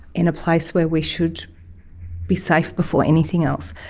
in a place where we should be safe before anything else.